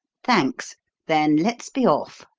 thanks then let's be off.